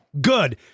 good